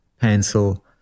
pencil